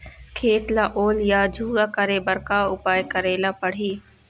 खेत ला ओल या झुरा करे बर का उपाय करेला पड़ही?